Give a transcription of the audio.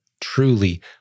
Truly